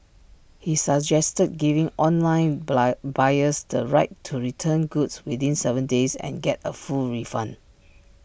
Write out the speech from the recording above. he suggested giving online buyers the right to return goods within Seven days and get A full refund